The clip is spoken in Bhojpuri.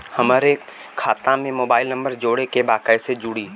हमारे खाता मे मोबाइल नम्बर जोड़े के बा कैसे जुड़ी?